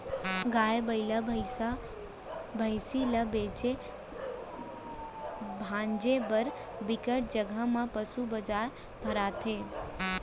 गाय, बइला, भइसा, भइसी ल बेचे भांजे बर बिकट जघा म पसू बजार भराथे